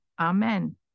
Amen